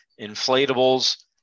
inflatables